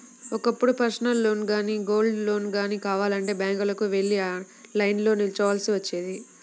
ఒకప్పుడు పర్సనల్ లోన్లు గానీ, గోల్డ్ లోన్లు గానీ కావాలంటే బ్యాంకులకు వెళ్లి లైన్లో నిల్చోవాల్సి వచ్చేది